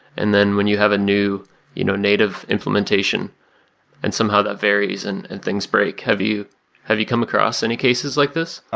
and then when you have a new you know native implementation and somehow that varies and and things break. have you have you come across any cases like these?